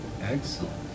Excellent